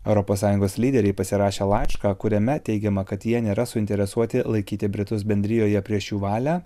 europos sąjungos lyderiai pasirašė laišką kuriame teigiama kad jie nėra suinteresuoti laikyti britus bendrijoje prieš jų valią